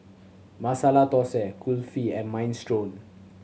Masala Dosa Kulfi and Minestrone